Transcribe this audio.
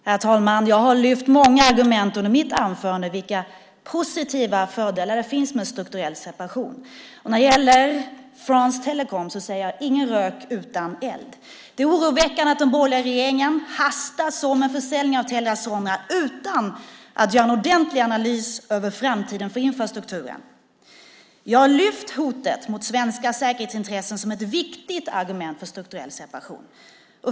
Herr talman! Jag har i mitt anförande lyft upp många argument för vilka fördelar det finns med strukturell separation. När det gäller France Telecom säger jag "ingen rök utan eld". Det är oroväckande att den borgerliga regeringen hastar så med försäljningen av Telia Sonera, utan att göra en ordentlig analys av infrastrukturen för framtiden. Jag har lyft upp hotet mot svenska säkerhetsintressen som ett viktigt argument för strukturell separation.